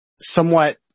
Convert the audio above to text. somewhat